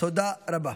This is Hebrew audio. תודה רבה.